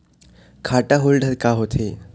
खाता होल्ड हर का होथे?